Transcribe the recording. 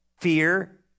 fear